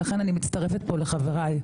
לכן, אני מצטרפת לחבריי.